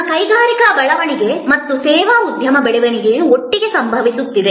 ನಮ್ಮ ಕೈಗಾರಿಕಾ ಬೆಳವಣಿಗೆ ಮತ್ತು ಸೇವಾ ಉದ್ಯಮದ ಬೆಳವಣಿಗೆಯು ಒಟ್ಟಿಗೆ ಸಂಭವಿಸಿದೆ